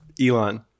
Elon